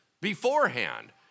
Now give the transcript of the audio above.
beforehand